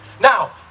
Now